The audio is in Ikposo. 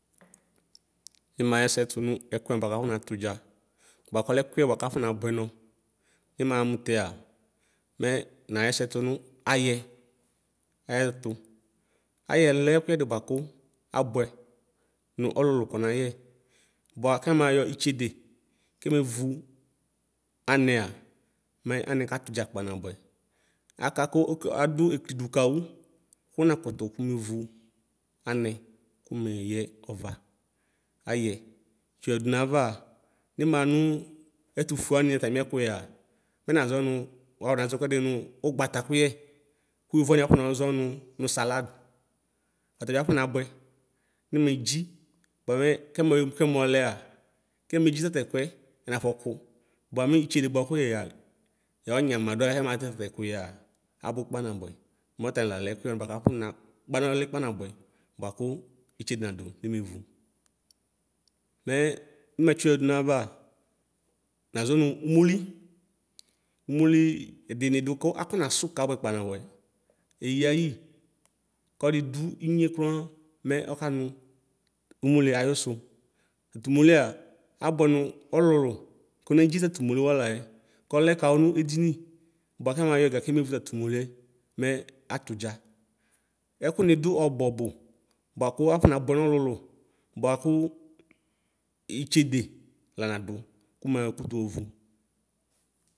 Nimaxɛsɛ fʋnʋ ɛkʋ wani bʋakʋ afɔ natudza bʋakʋ ɔlɛ ɛkʋɛ bʋakʋ afɔ nabʋɛ nɔ nimaxa mʋ tɛa mɛ naxɛsɛ tʋnʋ ayɛ ayɛtʋ ayɛlɛ ɛkʋyɛdi bʋakʋ abʋɛ nʋ ɔlʋlʋ kɔnayɛ bʋa kemayɔ itsede kemevʋ anɛa mɛ anɛ katɛ ʋdza kpa nabʋɛ akakʋ ɔk adʋ eklidʋ kawʋ kʋnalʋtʋ kʋmevʋ anɛ kʋmeyɛ ɔva ayɛ tsiyoyadʋ nayava ni manʋ etʋfʋɛ wani atami ɛkʋyɛa mɛ nazɔ nʋ wakɔnazɔ ɛkʋɛdi nʋ ʋgbata kʋyɛ kʋ yovo wani afɔnazɔ nʋ salade ɔtabi afɔnabʋɛ nimedzi bʋamɛ kɛme bɛmɔlɛa kemedzi tatɛkʋɛ ɛnafɔkʋ bʋamʋ itsede bʋakʋ ya yɔ nyamadʋɛ akɛmatɛ tatɛ kuyɛa abʋ kpanabʋɛ mɛ atalalɛ ɛkʋyɛ wani kakɔ nakpanɔ ɔli kpa nabʋɛ bʋakʋ itsede nadʋ kemevʋ mɛ nimatsi yedʋ nayavaa nazɔ nʋ ʋmoli ʋmoli ɛdini dʋ kʋ afɔ nasʋ kpaa nabʋɛ eyayi kɔdidʋ nuɣe kran mɛ ɔkanʋ ʋmolie ayʋsʋ tatʋ ʋmolia abʋɛ nʋ ɔlʋlʋ kenedzi tatʋmolie walayɛ kɔlɛ kawʋ nʋ edini bʋakɛ mayɔ ɛga kemevʋ tatʋmolie mɛ atʋdza ɛkʋ nidi ɔbʋ ɔbʋ bʋakʋ afɔnabʋɛ ʋɔlʋlʋ bʋakʋ itsede la nadʋ kumakutsu ovʋ.